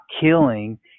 killing